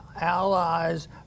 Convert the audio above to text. allies